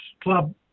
club